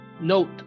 note